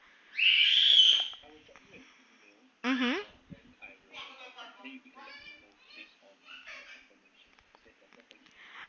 mmhmm